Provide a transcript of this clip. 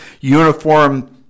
uniform